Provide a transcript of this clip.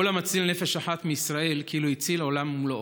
כל המציל נפש אחת מישראל כאילו הציל עולם ומלואו.